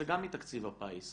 זה גם מתקציב הפיס.